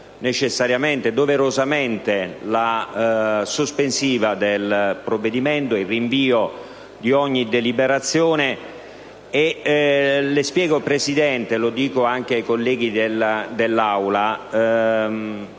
necessariamente e doverosamente la sospensione dell'esame del provvedimento e il rinvio di ogni deliberazione. Le spiego, signor Presidente, e lo dico anche ai colleghi dell'Aula.